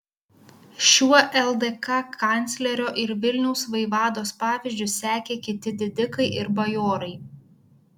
šiuo ldk kanclerio ir vilniaus vaivados pavyzdžiu sekė kiti didikai ir bajorai